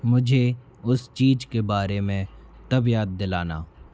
मुझे उस चीज़ के बारे में तब याद दिलाना